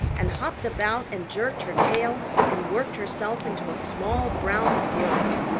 and hopped about and jerked her tail and worked herself into a small brown fury.